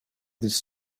this